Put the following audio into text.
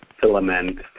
filament